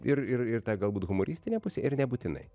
ir ir ir ta galbūt humoristinė pusė ir nebūtinai